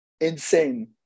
insane